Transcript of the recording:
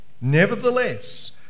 Nevertheless